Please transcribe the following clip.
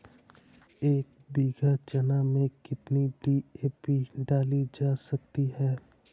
एक बीघा चना में कितनी डी.ए.पी डाली जा सकती है?